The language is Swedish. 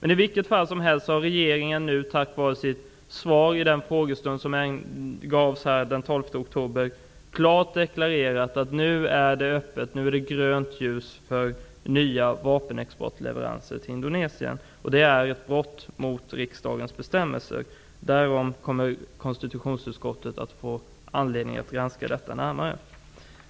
I vilket fall som helst har regeringen nu i sitt svar i den frågestund som ägde rum här den 12 oktober klart deklarerat att det nu är grönt ljus för nya vapenleveranser till Indonesien. Men det är ett brott mot vad riksdagen har bestämt. Den saken kommer konstitutionsutskottet att få anledning att granska närmare.